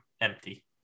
empty